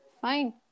fine